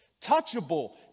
touchable